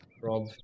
Rob